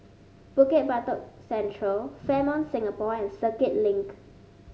Bukit Batok Central Fairmont Singapore and Circuit Link